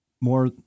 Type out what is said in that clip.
more